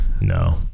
No